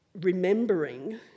remembering